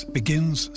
begins